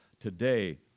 today